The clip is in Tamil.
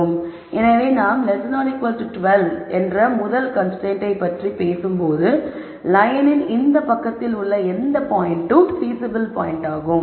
எனவே நாம் 12 இன்ற முதல் கன்ஸ்ரைன்ட்டை பற்றி பேசும்போது லயனின் இந்த பக்கத்தில் உள்ள எந்த பாயின்ட்டும் பீசிபில் பாயின்ட்டாகும்